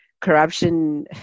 corruption